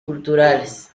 culturales